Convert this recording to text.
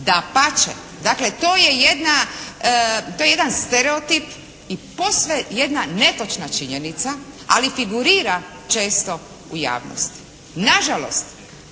to je jedna, to je jedan stereotip i posve jedna netočna činjenica, ali figurira često u javnosti. Nažalost